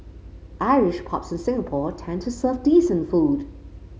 Irish pubs in Singapore tend to serve decent food